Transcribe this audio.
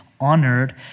honored